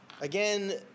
Again